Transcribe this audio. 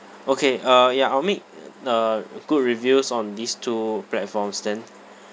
okay uh ya I'll make uh good reviews on these two platforms then